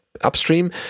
upstream